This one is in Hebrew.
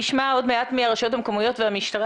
--- את המשמעויות של עסק שיכולים לעשן בו כל יום וכל היום.